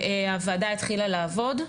והוועדה התחילה לעבוד,